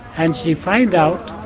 and she find out